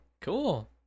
Cool